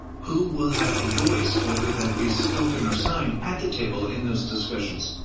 who will have a voice whether that be spoken or signed at the table in those discussions?